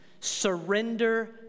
surrender